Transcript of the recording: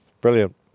Brilliant